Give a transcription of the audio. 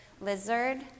lizard